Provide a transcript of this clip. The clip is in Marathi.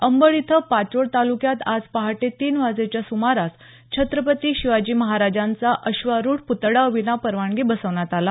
अंबड इथं पाचोड चौकात आज पहाटे तीन वाजेच्या सुमारास छत्रपती शिवाजी महाराजांचा अश्वारूढ पुतळा विनापरवानगी बसवण्यात आला